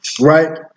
right